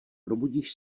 probudíš